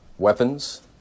Weapons